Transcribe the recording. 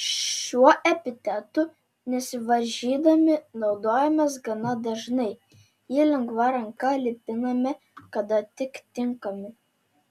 šiuo epitetu nesivaržydami naudojamės gana dažnai jį lengva ranka lipiname kada tik tinkami